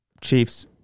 Chiefs